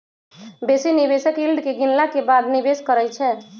बेशी निवेशक यील्ड के गिनला के बादे निवेश करइ छै